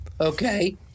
okay